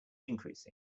increasing